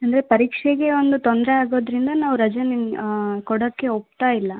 ಅಂದರೆ ಪರೀಕ್ಷೆಗೆ ಒಂದು ತೊಂದರೆ ಆಗೋದರಿಂದ ನಾವು ರಜೆನ ನಿಮ್ಗೆ ಕೊಡೋಕ್ಕೆ ಒಪ್ತಾ ಇಲ್ಲ